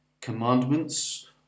Commandments